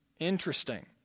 interesting